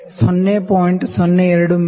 02 ಮಿ